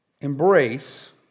embrace